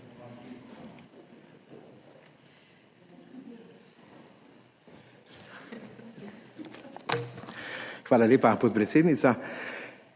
Hvala lepa, podpredsednica.